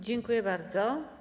Dziękuję bardzo.